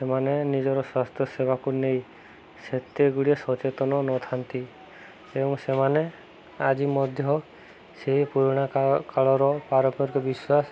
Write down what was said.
ସେମାନେ ନିଜର ସ୍ୱାସ୍ଥ୍ୟ ସେବାକୁ ନେଇ ସେତେ ସଚେତନ ନଥାନ୍ତି ଏବଂ ସେମାନେ ଆଜି ମଧ୍ୟ ସେହି ପୁରୁଣା କାଳର ପାରମ୍ପରିକ ବିଶ୍ୱାସ